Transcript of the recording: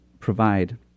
Provide